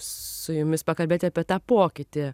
su jumis pakalbėti apie tą pokytį